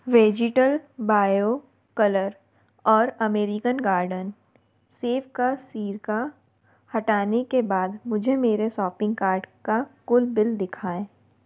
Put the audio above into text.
vegetal bio colour और American garden सेब का सिरका हटाने के बाद मुझे मेरे शॉपिंग कार्ट का कुल बिल दिखाएँ